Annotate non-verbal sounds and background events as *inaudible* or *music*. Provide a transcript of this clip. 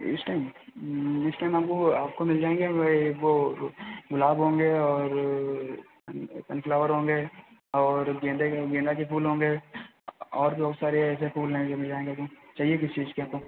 इस टइम इस टइम आपको आपको मिल जाएँगे वही वह वह गुलाब होंगे और *unintelligible* सनफ़्लावर होंगे और गेंदे के गेंदा के फूल होंगे और बहुत सारे ऐसे फूल हैं जो मिल जाएँगे वह चाहिए किस चीज़ के आपको